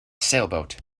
sailboat